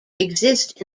exist